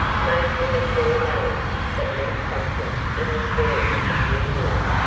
most of them bore names that meant something in the story of new york.